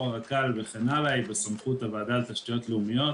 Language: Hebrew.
הרק"ל וכן הלאה היא בסמכות הוועדה לתשתיות לאומיות